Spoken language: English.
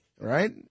right